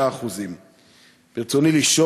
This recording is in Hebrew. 9%. ברצוני לשאול: